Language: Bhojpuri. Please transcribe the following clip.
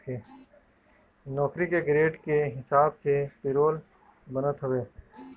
नौकरी के ग्रेड के हिसाब से पेरोल बनत हवे